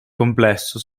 complesso